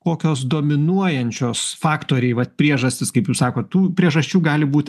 kokios dominuojančios faktoriai vat priežastys kaip jūs sakot tų priežasčių gali būt